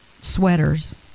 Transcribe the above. sweaters